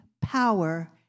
power